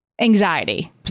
anxiety